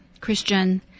Christian